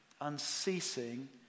unceasing